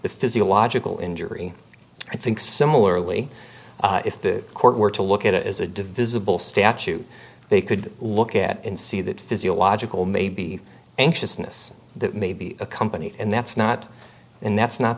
the physiological injury i think similarly if the court were to look at it as a divisible statute they could look at and see that physiological maybe anxiousness maybe a company and that's not in that's not